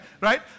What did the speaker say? right